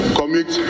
commit